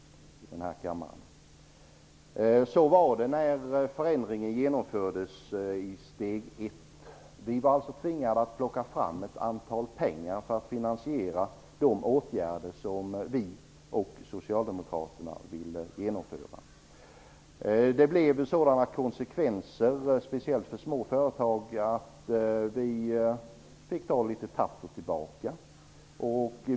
Så var det när förändringen genomfördes när det gällde steg 1. Vi var alltså tvingade att plocka fram pengar för att finansiera de åtgärder som vi och socialdemokraterna ville genomföra. Det blev ju sådana konsekvenser, speciellt för små företag, att vi fick ta litet tillbaka.